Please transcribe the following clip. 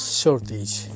shortage